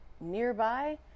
nearby